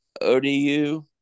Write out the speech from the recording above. ODU